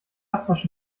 abwasch